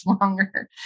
longer